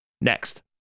Next